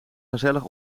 gezellig